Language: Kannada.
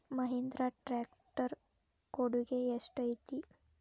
ಮಹಿಂದ್ರಾ ಟ್ಯಾಕ್ಟ್ ರ್ ಕೊಡುಗೆ ಎಷ್ಟು ಐತಿ?